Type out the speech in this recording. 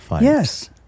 Yes